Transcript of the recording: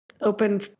open